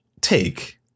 take